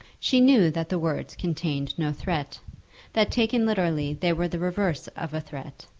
she knew that the words contained no threat that taken literally they were the reverse of a threat,